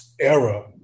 era